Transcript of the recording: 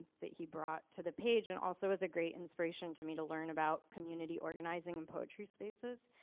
that he brought to the page and also is a great inspiration to me to learn about community organizing and poetry spaces.